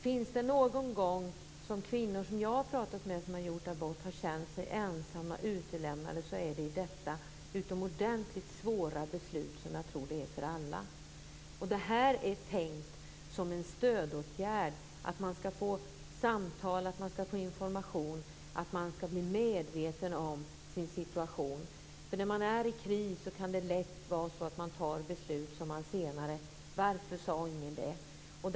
Finns det någon gång som kvinnor som jag har pratat med har känt sig ensamma och utelämnade är det när de har gjort abort - i det utomordentligt svåra beslut som jag tror att det är för alla. Det här är tänkt som en stödåtgärd. Man ska få samtal och information och bli medveten om sin situation. När man är i kris kan det lätt vara så att man fattar beslut och senare tänker: Varför sade ingen det här?